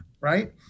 right